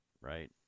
right